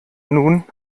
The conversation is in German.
nun